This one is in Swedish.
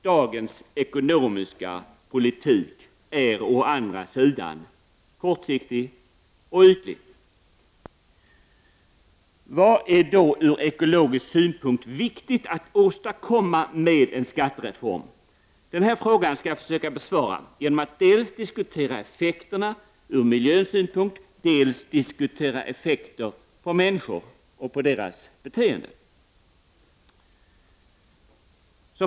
Dagens ekonomiska politik är å andra sidan kortsiktig och ytlig. Vad är då ur ekologisk synpunkt viktigt att åstadkomma med en skattereform? Denna fråga skall jag försöka besvara genom att dels diskutera effekterna ur miljösynpunkt, dels diskutera effekterna på människor och deras beteende.